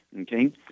okay